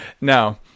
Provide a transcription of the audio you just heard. Now